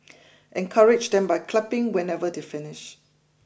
encourage them by clapping whenever they finish